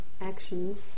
actions